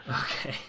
Okay